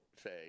say